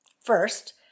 First